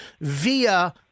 via